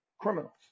criminals